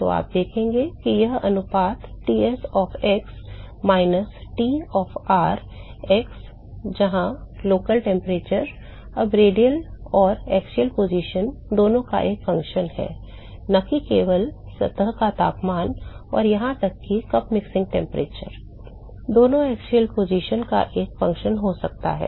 तो आप देखेंगे कि यह अनुपात Ts of x minus T of r x जहां स्थानीय तापमान अब रेडियल और अक्षीय स्थिति axial position दोनों का एक फ़ंक्शन है न कि केवल सतह का तापमान और यहां तक कि कप मिश्रण तापमान दोनों अक्षीय स्थिति का एक फ़ंक्शन हो सकता है